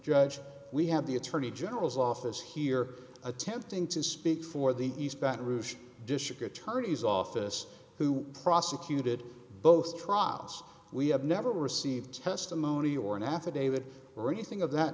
judge we have the attorney general's office here attempting to speak for the east baton rouge district attorney's office who prosecuted both trials we have never received testimony or an affidavit or anything of that